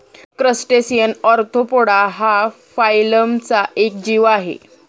crustacean arthropoda हा फायलमचा एक जीव आहे